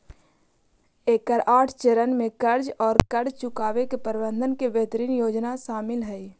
एकर आठ चरण में कर्ज औउर कर्ज चुकावे के प्रबंधन के बेहतरीन योजना शामिल हई